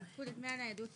את עדכון דמי הניידות